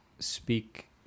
speak